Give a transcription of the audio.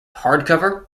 hardcover